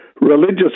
religious